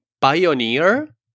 Pioneer